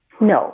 No